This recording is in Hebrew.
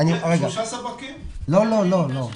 אתם לא יכולים